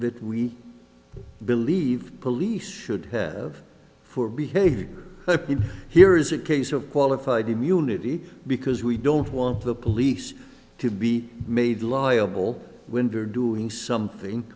that we believe police should have for behavior in here is a case of qualified immunity because we don't want the police to be made liable winder doing something